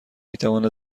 میتواند